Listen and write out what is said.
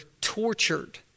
tortured